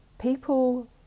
People